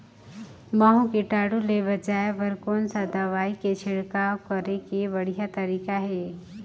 महू कीटाणु ले बचाय बर कोन सा दवाई के छिड़काव करे के बढ़िया तरीका हे?